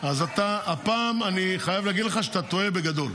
אז הפעם אני חייב להגיד לך שאתה טועה בגדול.